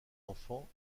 enfants